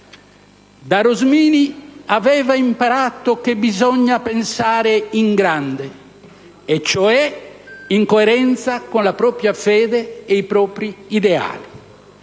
Da Rosmini aveva imparato che bisogna pensare in grande, e cioè in coerenza con la propria fede e i propri ideali: